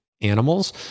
animals